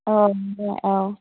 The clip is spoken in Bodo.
औ दे औ